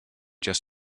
just